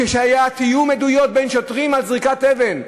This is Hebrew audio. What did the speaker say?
כשהיה תיאום עדויות בין שוטרים על זריקת אבן?